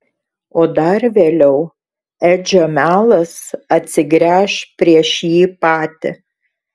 o dar vėliau edžio melas atsigręš prieš jį patį